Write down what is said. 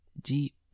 deep